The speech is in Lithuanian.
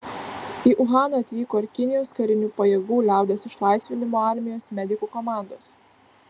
į uhaną atvyko ir kinijos karinių pajėgų liaudies išlaisvinimo armijos medikų komandos